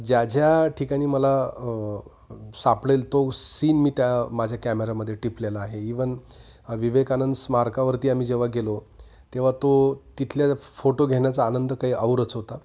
ज्या ज्या ठिकाणी मला सापडेल तो सीन मी त्या माझ्या कॅमेरामध्ये टिपलेला आहे इव्हन विवेकानंद स्मारकावरती आम्ही जेव्हा गेलो तेव्हा तो तिथल्या फोटो घेण्याचा आनंद काही औरच होता